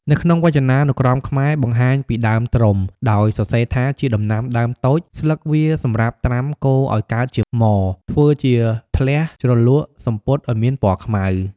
នៅក្នុងវចនានុក្រមខ្មែរបង្ហាញពីដើមត្រុំ ដោយសរសេរថា ជាដំណាំដើមតូច ស្លឹកវាសម្រាប់ត្រាំកូរឱ្យកើតជាមរ ធ្វើជាធ្លះជ្រលក់សំពត់ឱ្យមានពណ៌ខ្មៅ។